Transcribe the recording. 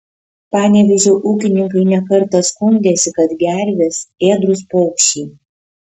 panevėžio ūkininkai ne kartą skundėsi kad gervės ėdrūs paukščiai